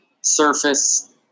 surface